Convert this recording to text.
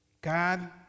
God